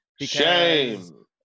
Shame